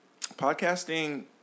podcasting